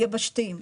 יבשתיים.